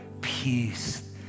peace